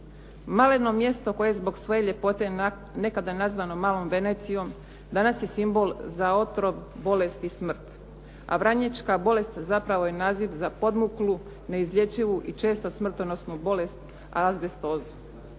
Maleno mjesto koje zbog svoje ljepote nekada nazvano “malom Venecijom“ danas je simbol za otrov, bolest i smrt. A vranjička bolest zapravo je naziv za podmuklu, neizlječivu i često smrtonosnu bolest azbestozu.